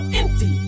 empty